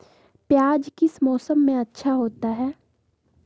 प्याज किस मौसम में अच्छा होता है?